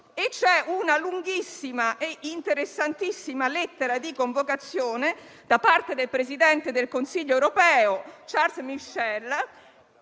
con una lunghissima e interessantissima lettera di convocazione da parte del presidente del Consiglio europeo Charles Michel.